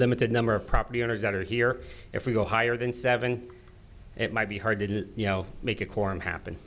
limited number of property owners that are here if we go higher than seven it might be hard to do you know make a quorum happen